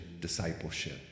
discipleship